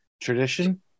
Tradition